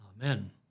Amen